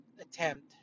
attempt